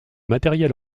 matériel